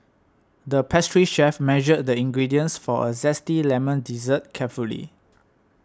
the pastry chef measured the ingredients for a Zesty Lemon Dessert carefully